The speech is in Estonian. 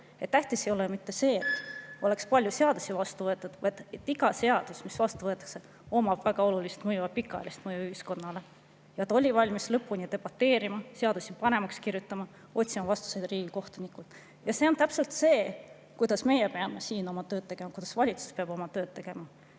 tähtis ei ole mitte see, et oleks palju seadusi vastu võetud, vaid see, et igal seadusel, mis vastu võetakse, on väga oluline ja pikaajaline mõju ühiskonnale. Meri ta oli valmis lõpuni debateerima, seadusi paremaks kirjutama ja otsima vastuseid riigikohtunikelt. See on täpselt see viis, kuidas meie peame siin oma tööd tegema, kuidas valitsus peab oma tööd tegema.